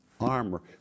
armor